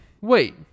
Wait